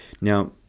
Now